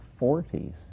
40s